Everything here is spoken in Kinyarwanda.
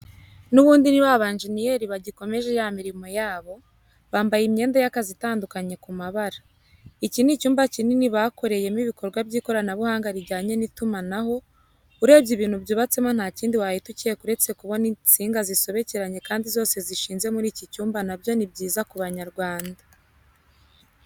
N'ubundi ni b'abanjeniyeri bagikomeje ya mirimo yabo, bambaye imyenda y'akazi itandukanye ku mabara. Iki ni icyumba kinini bakoreyemo ibikorwa by'ikoranabuhanga rijyanye n'itumanaho, urebye ibintu byubatsemo nta kindi wahita ukeka uretse kubona intsinga zisobekeranye kandi zose zishinze muri ki cyumba na byo ni byiza ku Banyarwanda.